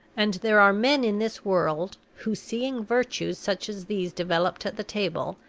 and there are men in this world who, seeing virtues such as these developed at the table,